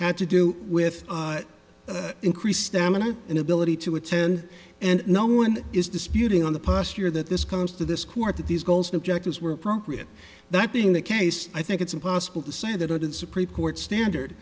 had to do with increased stamina and ability to attend and no one is disputing on the past year that this comes to this court that these goals and objectives were appropriate that being the case i think it's impossible to say that in supreme court standard